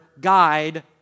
guide